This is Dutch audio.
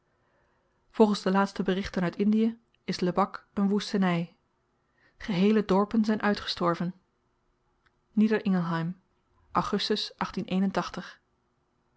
volgens de laatste berichten uit indiën is lebak een woesteny geheele dorpen zyn uitgestorven nieder ingelheim augustus